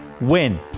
Win